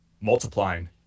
multiplying